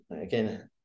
again